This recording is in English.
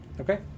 Okay